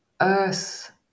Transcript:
earth